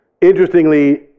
Interestingly